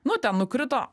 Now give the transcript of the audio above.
nu ten nukrito